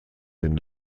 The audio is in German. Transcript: den